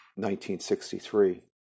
1963